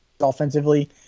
offensively